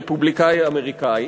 רפובליקני אמריקני,